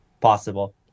possible